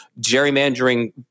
gerrymandering